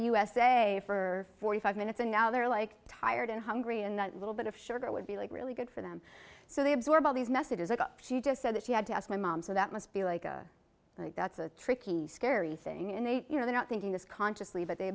usa for forty five minutes and now they're like tired and hungry and that little bit of sugar would be like really good for them so they absorb all these messages like she just said that she had to ask my mom so that must be like that's a tricky scary thing and they you know they're not thinking this consciously but they